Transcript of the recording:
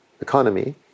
economy